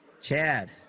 Chad